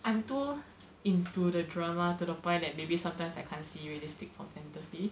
I'm too into the drama to the point that maybe sometimes I can't see realistic from fantasy ah